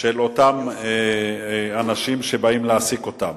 של אותם אנשים שהן מעסיקות.